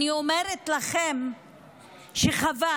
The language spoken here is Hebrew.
אני אומרת לכם שחבל.